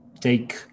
take